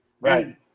right